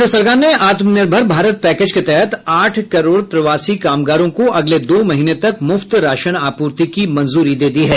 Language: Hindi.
केन्द्र सरकार ने आत्मनिर्भर भारत पैकेज के तहत आठ करोड़ प्रवासी कामगारों को अगले दो महीनों तक मुफ्त राशन आपूर्ति की मंजूरी दे दी है